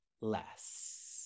less